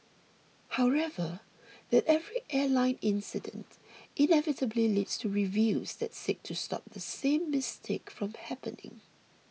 however that every airline incident inevitably leads to reviews that seek to stop the same mistake from happening